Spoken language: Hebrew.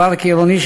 פארק עירוני,